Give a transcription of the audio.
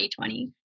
2020